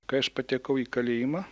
kai aš patekau į kalėjimą